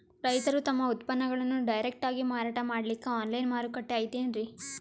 ರೈತರು ತಮ್ಮ ಉತ್ಪನ್ನಗಳನ್ನು ಡೈರೆಕ್ಟ್ ಆಗಿ ಮಾರಾಟ ಮಾಡಲಿಕ್ಕ ಆನ್ಲೈನ್ ಮಾರುಕಟ್ಟೆ ಐತೇನ್ರೀ?